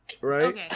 Right